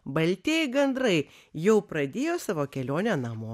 baltieji gandrai jau pradėjo savo kelionę namo